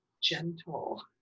gentle